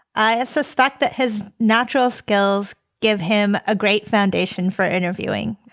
i ah suspect that his natural skills give him a great foundation for interviewing.